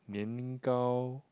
Nian-Gao